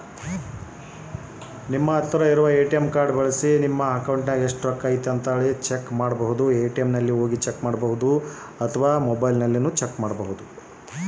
ನನ್ನ ಹತ್ತಿರ ಇರುವ ಎ.ಟಿ.ಎಂ ಕಾರ್ಡ್ ಬಳಿಸಿ ನನ್ನ ಅಕೌಂಟಿನಾಗ ಎಷ್ಟು ರೊಕ್ಕ ಐತಿ ಅಂತಾ ಚೆಕ್ ಮಾಡಬಹುದಾ?